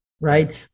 right